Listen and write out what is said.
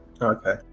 Okay